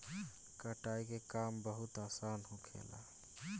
कटाई के काम बहुत आसान होखेला